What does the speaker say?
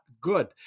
good